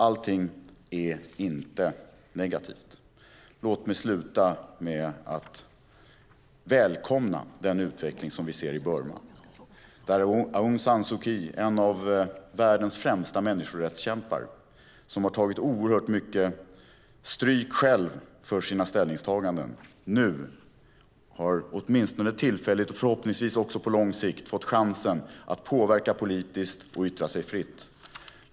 Allting är dock inte negativt. Låt mig avsluta med att välkomna den utveckling vi ser i Burma, där Aung San Suu Kyi, en av världens främsta människorättskämpar som har tagit oerhört mycket stryk själv för sina ställningstaganden, nu har, åtminstone tillfälligt men förhoppningsvis också på lång sikt, fått chansen att påverka politiskt och yttra sig fritt.